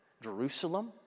Jerusalem